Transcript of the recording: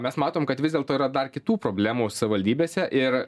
mes matom kad vis dėlto yra dar kitų problemų savaldybėse ir